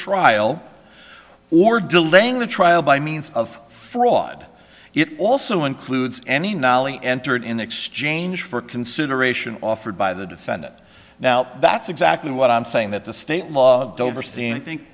trial or delaying the trial by means of fraud it also includes any knowledge entered in exchange for consideration offered by the defendant now that's exactly what i'm saying that the state law